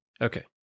okay